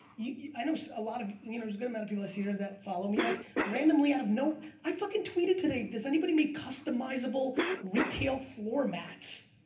you, i know a lot of you know there's good amount of people i see there that follow me, like randomly out of no, i fuckin' tweeted today does anybody make customizable retail floor mats?